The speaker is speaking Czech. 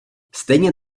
stejně